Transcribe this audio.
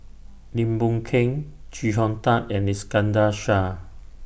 Lim Boon Keng Chee Hong Tat and Iskandar Shah